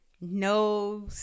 no